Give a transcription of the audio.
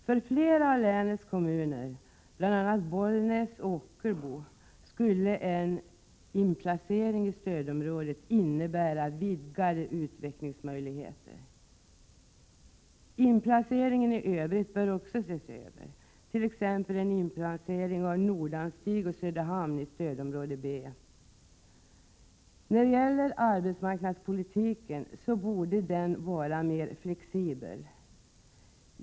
För flera av länets kommuner, bl.a. Bollnäs och Ockelbo, skulle en inplacering i stödområdet innebära vidgade utvecklingsmöjligheter. Inplaceringen i övrigt bör också ses över, t.ex. en inplacering av Nordanstig och Söderhamn i stödområde B. Arbetsmarknadspolitiken borde vara mer flexibel.